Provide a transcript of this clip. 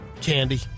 candy